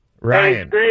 Ryan